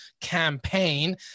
campaign